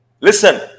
Listen